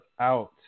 out